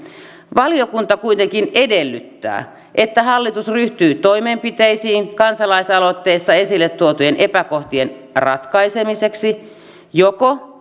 valiokunta kuitenkin edellyttää että hallitus ryhtyy toimenpiteisiin kansalaisaloitteessa esille tuotujen epäkohtien ratkaisemiseksi joko